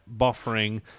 buffering